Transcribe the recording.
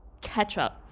ketchup